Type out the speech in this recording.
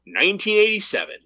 1987